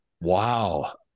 Wow